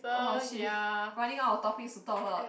!wah! shit running out of topics to talk about